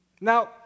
Now